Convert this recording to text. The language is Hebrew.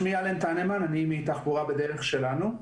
אני מתחבורה בדרך שלנו.